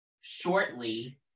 shortly